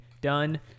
done